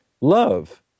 love